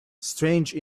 strange